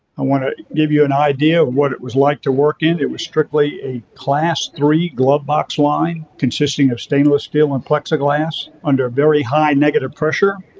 i want to give you an idea of what it was like to work in. it was strictly a class three glove box line, consisting of stainless steel and plexiglas under very high negative pressure.